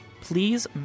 Please